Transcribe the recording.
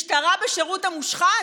משטרה בשירות המושחת?